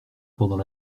pendant